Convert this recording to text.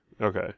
okay